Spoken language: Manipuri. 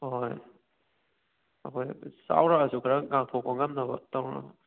ꯑꯍꯣꯏ ꯑꯩꯈꯣꯏ ꯆꯥꯎꯔꯛꯂꯁꯨ ꯈꯔ ꯉꯥꯛꯊꯣꯛꯄ ꯉꯝꯅꯕ ꯇꯧꯅꯕ